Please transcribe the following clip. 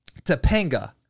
Topanga